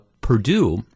Purdue